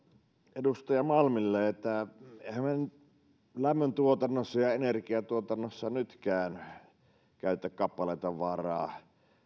edustaja malmille että emmehän me lämmöntuotannossa ja energiantuotannossa nytkään käytä kappaletavaraa